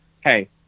Hey